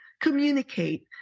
Communicate